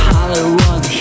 Hollywood